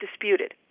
disputed